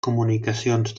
comunicacions